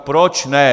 Proč ne?